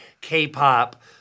K-pop